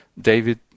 David